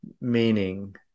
meaning